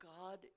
God